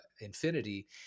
infinity